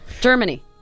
Germany